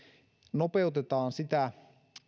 nopeutetaan sitä